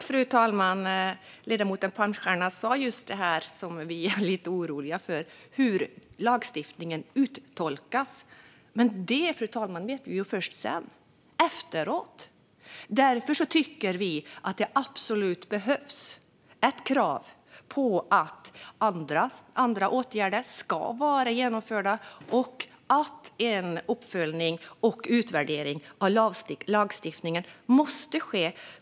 Fru talman! Ledamoten Palmstierna nämnde just det som vi är lite oroliga för: hur lagstiftningen uttolkas. Det, fru talman, vet vi ju först sedan - efteråt! Därför tycker vi att det absolut behövs ett krav på att andra åtgärder ska vara genomförda och att en uppföljning och utvärdering av lagstiftningen måste ske.